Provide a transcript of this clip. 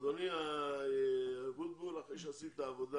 אדוני בוטבול, אחרי שעשית עבודה